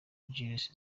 jules